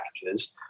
packages